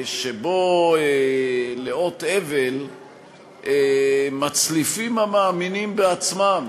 שבו לאות אבל מצליפים המאמינים בעצמם,